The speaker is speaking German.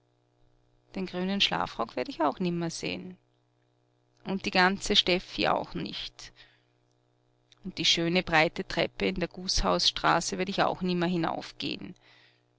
den grünen schlafrock werd ich auch nimmer seh'n und die ganze steffi auch nicht und die schöne breite treppe in der gußhausstraße werd ich auch nimmer hinaufgeh'n